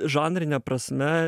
žanrine prasme